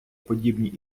подібні